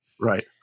Right